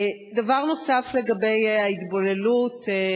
דבר נוסף, לגבי ההתבוללות.